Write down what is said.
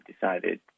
decided